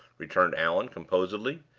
returned allan, composedly.